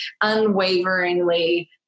unwaveringly